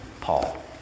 Paul